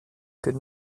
could